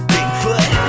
Bigfoot